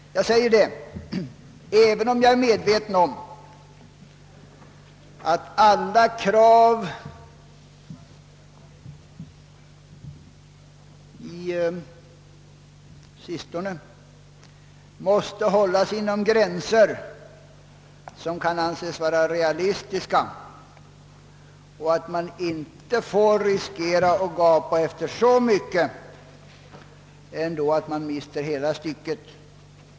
Jag säger det även om jag är medveten om att alla krav till sist måste hållas inom gränsen för vad som kan anses vara realistiskt och att man inte får riskera att gapa efter så mycket att man mister hela stycket.